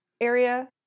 area